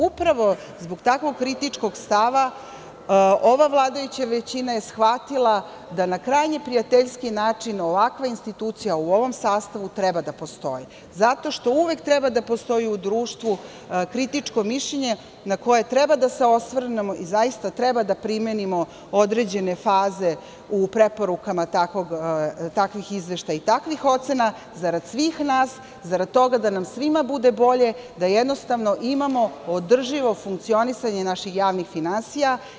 Upravo zbog takvog kritičkog stava ova vladajuća većina je shvatila da na krajnje prijateljski način ovakva institucija u ovom sastavu treba da postoji, zato što uvek treba da postoji u društvu kritičko mišljenje na koje treba da se osvrnemo i zaista treba da primenimo određene faze u preporukama takvih izveštaja i takvih ocena zarad svih nas, zarad toga da nam svima bude bolje, da jednostavno imamo održivo funkcionisanje naših javnih finansija.